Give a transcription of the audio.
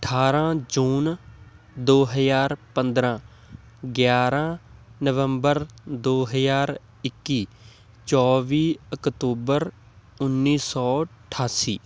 ਅਠਾਰ੍ਹਾਂ ਜੂਨ ਦੋ ਹਜ਼ਾਰ ਪੰਦਰ੍ਹਾਂ ਗਿਆਰਾਂ ਨਵੰਬਰ ਦੋ ਹਜ਼ਾਰ ਇੱਕੀ ਚੌਵੀ ਅਕਤੂਬਰ ਉੱਨੀ ਸੌ ਅਠਾਸੀ